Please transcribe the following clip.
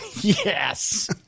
Yes